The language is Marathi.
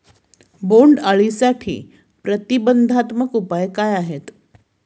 बोंडअळीसाठी प्रतिबंधात्मक उपाय काय आहेत?